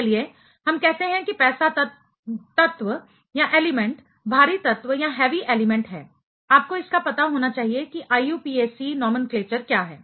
चलिए हम कहते हैं कि पैसा तत्व भारी तत्व हेवी एलिमेंट है आपको इसका पता होना चाहिए कि IUPAC नोमेनक्लेचर क्या है